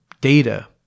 data